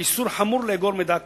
ואיסור חמור לאגור מידע כאמור.